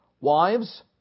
Wives